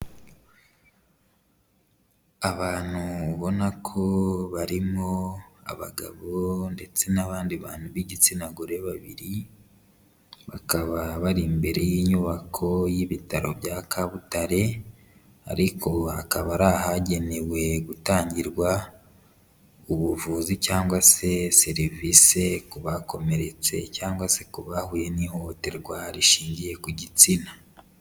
Abantu ubona ko barimo abagabo ndetse n'abandi bantu b'igitsina gore babiri, bakaba bari imbere y'inyubako y'ibitaro bya Kabutare ariko hakaba ari ahagenewe gutangirwa ubuvuzi cyangwa se serivisi ku bakomeretse cyangwa se ku bahuye n'ihohoterwa rishingiye ku gitsina.